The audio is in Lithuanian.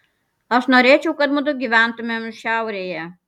aš norėčiau kad mudu gyventumėm šiaurėje